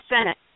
Senate